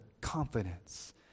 confidence